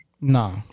No